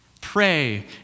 Pray